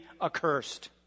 accursed